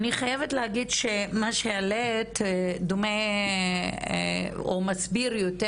אני חייבת להגיד שמה שהעלית דומה או מסביר יותר